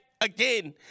again